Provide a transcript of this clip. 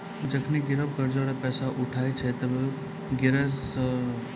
जखनि गिरब कर्जा रो पैसा लौटाय छै ते गिरब रो सामान कर्जदार के मिली जाय छै